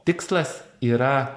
tikslas yra